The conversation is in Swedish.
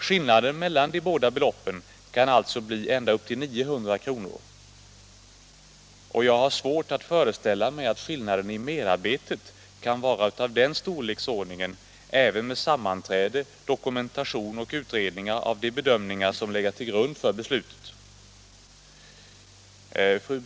Skillnaden mellan de båda beloppen kan alltså bli ända upp till 900 kr. Jag har svårt att föreställa mig att skillnaden i merarbete kan vara av den storleken även med sammanträde och dokumentation av de utredningar och bedömningar som har legat till grund för beslutet.